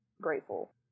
grateful